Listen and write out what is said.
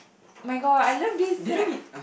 oh-my-god I love this eh